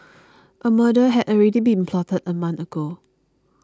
a murder had already been plotted a month ago